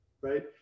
right